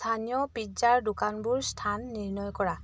স্থানীয় পিজ্জাৰ দোকানবোৰ স্থান নিৰ্ণয় কৰা